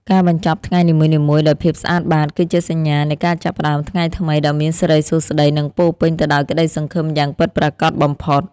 ការបញ្ចប់ថ្ងៃនីមួយៗដោយភាពស្អាតបាត គឺជាសញ្ញានៃការចាប់ផ្តើមថ្ងៃថ្មីដ៏មានសិរីសួស្តី និងពោពេញទៅដោយក្តីសង្ឃឹមយ៉ាងពិតប្រាកដបំផុត។